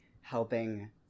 helping